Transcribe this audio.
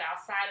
outside